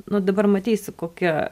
nu dabar matei su kokia